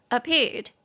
Appeared